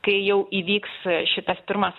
kai jau įvyks šitas pirmas